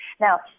Now